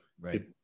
right